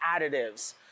additives